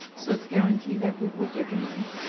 so it's guaranteed that we would get the money,